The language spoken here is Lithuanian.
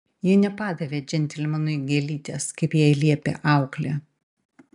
ji nepadavė džentelmenui gėlytės kaip jai liepė auklė